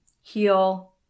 Heel